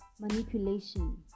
manipulation